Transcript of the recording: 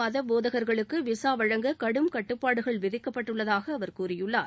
மத போதகர்களுக்கு விசா வழங்க கடும் கட்டுப்பாடுகள் விதிக்கப்பட்டுள்ளதாக அவர் கூறியுள்ளார்